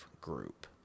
group